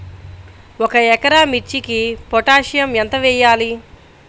ఒక ఎకరా మిర్చీకి పొటాషియం ఎంత వెయ్యాలి?